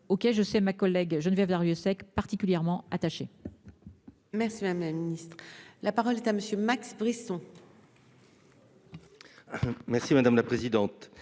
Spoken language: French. OK je sais ma collègue Geneviève Darrieussecq particulièrement attaché. Merci, madame la Ministre, la parole est à monsieur Max Brisson. Merci madame la présidente,